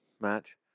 match